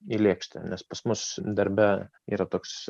į lėkštę nes pas mus darbe yra toks